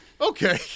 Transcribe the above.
okay